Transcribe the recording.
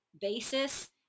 basis